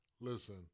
listen